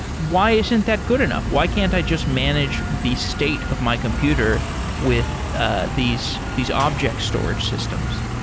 why isn't that good enough? why can't i just manage the state of my computer with ah these these object storage systems?